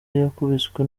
yakubiswe